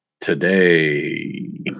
today